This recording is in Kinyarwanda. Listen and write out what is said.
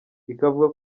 ikavuga